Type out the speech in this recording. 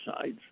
sides